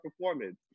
performance